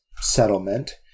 settlement